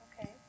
Okay